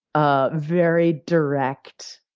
ah very direct,